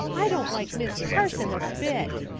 i don't like miss carson a bit.